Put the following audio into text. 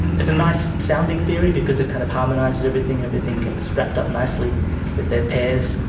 it's a nice sounding theory because it kind of harmonises everything, everything gets wrapped up nicely with their pairs,